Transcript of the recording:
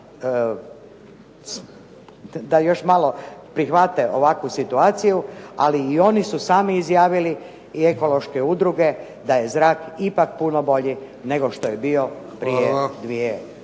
da još malo prihvate ovakvu situaciju ali i oni su sami izjavili i ekološke udruge da je zrak ipak puno bolji nego što je bio prije dvije